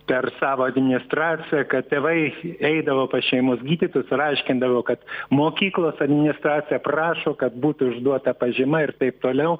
per savą administraciją kad tėvai eidavo pas šeimos gydytojus ir aiškindavo kad mokyklos administracija prašo kad būtų išduota pažyma ir taip toliau